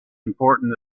important